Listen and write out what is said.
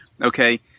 okay